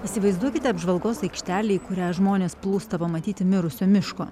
įsivaizduokite apžvalgos aikštelę į kurią žmonės plūsta pamatyti mirusio miško